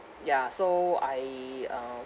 ya so I uh